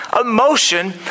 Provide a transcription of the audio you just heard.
emotion